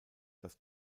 dass